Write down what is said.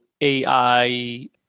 AI